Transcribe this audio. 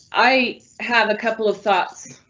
i have a couple of thoughts,